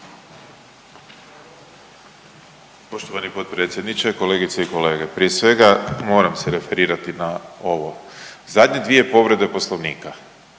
Poštovani potpredsjedniče, kolegice i kolege. Prije svega moram se referirati na ovo, zadnje dvije povrede poslovnika